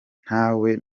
ntawe